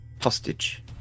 hostage